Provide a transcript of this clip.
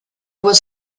was